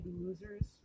losers